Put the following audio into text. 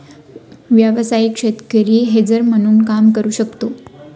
व्यावसायिक शेतकरी हेजर म्हणून काम करू शकतो